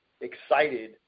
excited